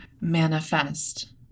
manifest